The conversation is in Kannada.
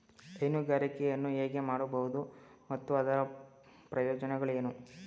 ಹೈನುಗಾರಿಕೆಯನ್ನು ಹೇಗೆ ಮಾಡಬಹುದು ಮತ್ತು ಅದರ ಪ್ರಯೋಜನಗಳೇನು?